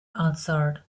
answered